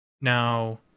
Now